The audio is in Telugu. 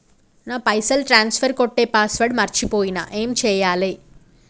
నా పైసల్ ట్రాన్స్ఫర్ కొట్టే పాస్వర్డ్ మర్చిపోయిన ఏం చేయాలి?